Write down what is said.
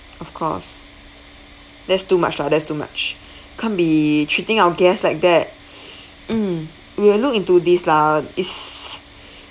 of course that's too much lah that's too much can't be treating our guest like that mm we will look into this lah is